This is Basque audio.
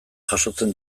jasotzen